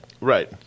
Right